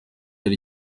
ari